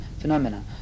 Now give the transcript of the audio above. phenomena